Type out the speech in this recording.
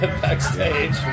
backstage